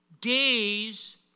days